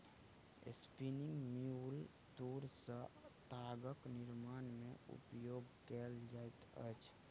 spinning mule तूर सॅ तागक निर्माण में उपयोग कएल जाइत अछि